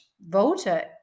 voter